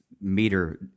meter